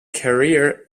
career